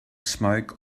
smoke